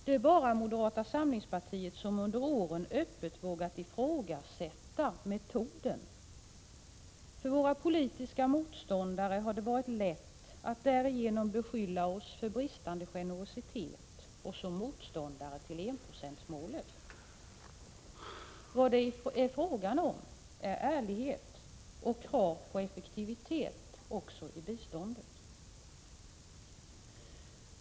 Det är bara moderata samlingspartiet som under åren öppet vågat ifrågasätta den metoden. För våra politiska motståndare har det varit lätt att därigenom beskylla oss för bristande generositet och för att vara motståndare till enprocentsmålet. Men vad det är fråga om är ärlighet och krav på effektivitet också i biståndet.